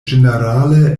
ĝenerale